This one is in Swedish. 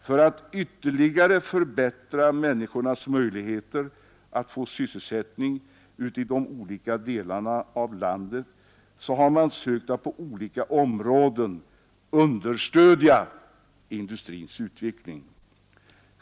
För att ytterligare förbättra människornas möjligheter att få sysselsättning ute i de olika delarna av landet har man sökt att på olika områden understödja industrins utveckling.